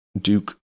Duke